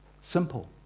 Simple